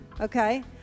okay